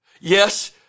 Yes